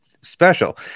special